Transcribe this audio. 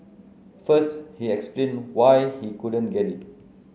first he explained why he couldn't get it